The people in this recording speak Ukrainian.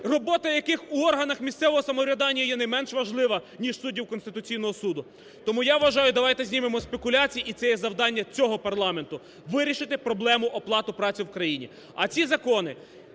робота яких у органах місцевого самоврядування є не менш важлива, ніж суддів Конституційного Суду. Тому я вважаю, давайте знімемо спекуляції, і це є завдання цього парламенту – вирішити проблему оплати праці в країні.